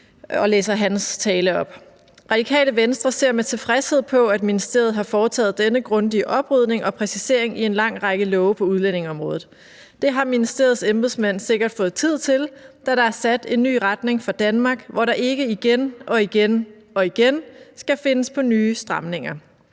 Jeg læser hans tale op. Radikale Venstre ser med tilfredshed på, at ministeriet har foretaget denne grundige oprydning og præcisering i en lang række love på udlændingeområdet. Det har ministeriets embedsmænd sikkert fået tid til, da der er sat en ny retning for Danmark, hvor der ikke igen og igen skal findes på nye stramninger.